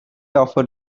offered